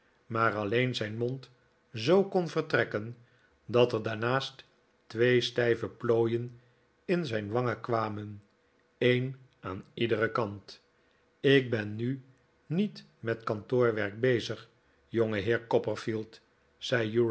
maar alleen zijn mond zoo kon vertrekken dat er daarnaast twee stijve plooien in zijn wangen kwamen een aan iederen kant ik ben nu niet met kantoorwerk bezig